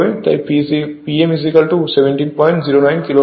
তাই P m1709 kilowatt